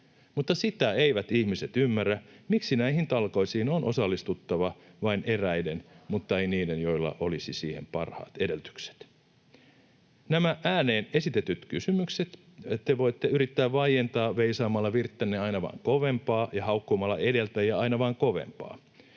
Mutta sitä eivät ihmiset ymmärrä, miksi näihin talkoisiin on osallistuttava vain eräiden mutta ei niiden, joilla olisi siihen parhaat edellytykset. Nämä ääneen esitetyt kysymykset te voitte yrittää vaientaa veisaamalla virttänne aina vain kovempaa ja haukkumalla edeltäjää aina vain kovempaa.